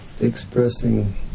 expressing